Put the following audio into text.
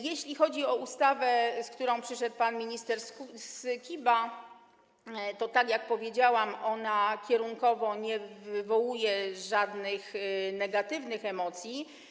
Jeśli chodzi o ustawę, z którą przyszedł pan minister Skiba, to tak jak powiedziałam, ona kierunkowo nie wywołuje żadnych negatywnych emocji.